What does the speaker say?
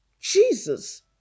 Jesus